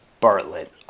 Bartlett